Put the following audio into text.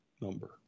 number